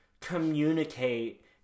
communicate